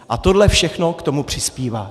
A tohle všechno k tomu přispívá.